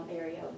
area